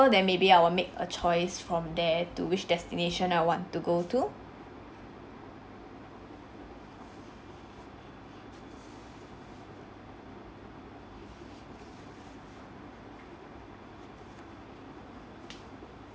~r then maybe I will make a choice from there to which destination I want to go to mm